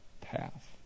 path